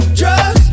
drugs